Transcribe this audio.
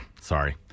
Sorry